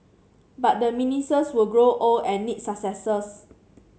but the ministers will grow old and need successors